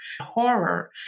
horror